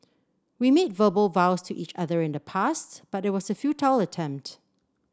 we made verbal vows to each other in the past but it was a futile attempt